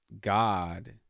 God